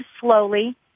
slowly